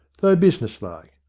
though business-like.